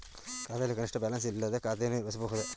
ಖಾತೆಯಲ್ಲಿ ಕನಿಷ್ಠ ಬ್ಯಾಲೆನ್ಸ್ ಇಲ್ಲದೆ ಖಾತೆಯನ್ನು ನಿರ್ವಹಿಸಬಹುದೇ?